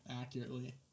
accurately